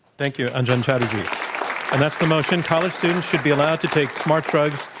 thank you, anjan chatterjee. and that's the motion, college students should be allowed to take smart drugs.